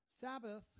Sabbath